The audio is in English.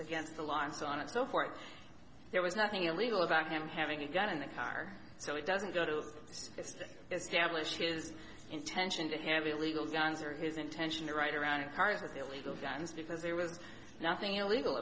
against the law and so on and so forth there was nothing illegal about him having a gun in the car so it doesn't go to establish his intention to have illegal guns or his intention to write around in cars with illegal guns because there was nothing illegal